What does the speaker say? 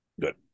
Good